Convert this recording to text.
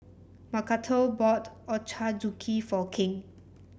Macarthur bought Ochazuke for King